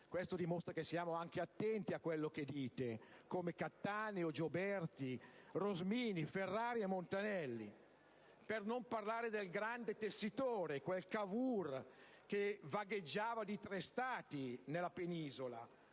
questo dimostra che siamo anche attenti a quello che dite), come Cattaneo, Gioberti, Rosmini, Ferrari e Montanelli, per non parlare del "grande tessitore", quel Cavour che vagheggiava di tre Stati nella Penisola,